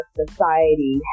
society